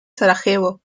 sarajevo